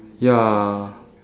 ya